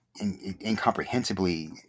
incomprehensibly